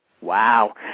Wow